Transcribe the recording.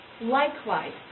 likewise